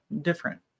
different